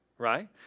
Right